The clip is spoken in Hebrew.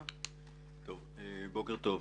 בוקר טוב.